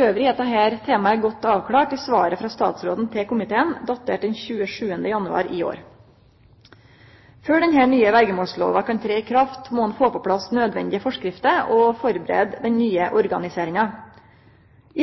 er dette temaet godt avklart i svaret frå statsråden til komiteen, datert den 27. januar i år. Før denne nye verjemålslova kan ta til å gjelde, må ein få på plass nødvendige forskrifter og førebu den nye organiseringa.